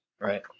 Right